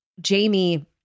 Jamie